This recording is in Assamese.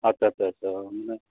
আচ্ছা আচ্ছা আচছা